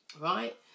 Right